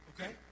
Okay